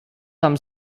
tam